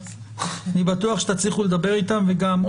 אני בטוח שתצליחו לדבר איתם וגם,